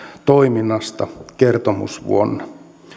toiminnasta kertomusvuonna